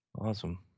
Awesome